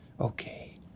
okay